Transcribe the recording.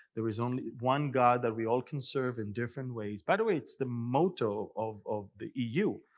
there is only one god that we all can serve in different ways. by the way, it's the motto of of the eu.